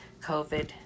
COVID